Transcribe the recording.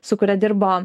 su kuria dirbo